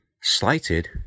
slighted